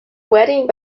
wedding